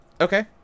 Okay